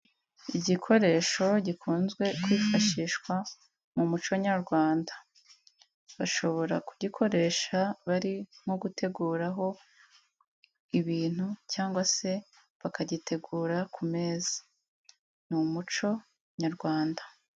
Igikoresho gikunze kwifashishwa mu muco nyarwanda bashobora kugikoresha bari nko guteguraho ibintu cyangwa se bakagitegura ku meza, ni umuco nyarwanda.